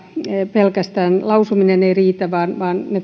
pelkästään lausuminen ei riitä vaan ne toimenpiteet mitä lausuntojen